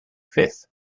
fifth